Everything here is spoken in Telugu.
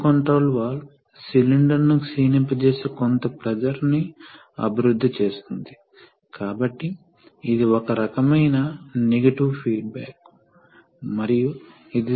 E యొక్క అమరిక C యొక్క అమరిక వల్ల సిస్టమ్ ప్రెజర్ పరిమితం అవుతుంది C ను ఒక అమరికగా సెట్ చేస్తుంది దాని స్వంత అమరిక ఇది కూడా రిలీఫ్ వాల్వ్ ఇది రిమోట్ పైలట్